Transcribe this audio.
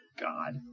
God